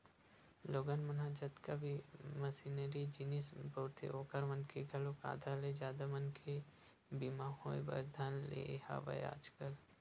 लोगन मन ह जतका भी मसीनरी जिनिस बउरथे ओखर मन के घलोक आधा ले जादा मनके बीमा होय बर धर ने हवय आजकल